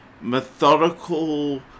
methodical